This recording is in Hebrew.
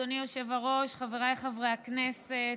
אדוני היושב-ראש, חבריי חברי הכנסת,